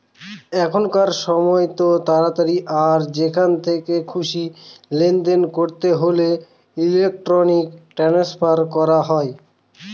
এখনকার সময়তো তাড়াতাড়ি আর যেখান থেকে খুশি লেনদেন করতে হলে ইলেক্ট্রনিক ট্রান্সফার করা হয়